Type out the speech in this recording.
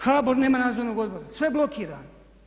HBOR nema nadzornog odbora, sve je blokirano.